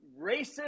racist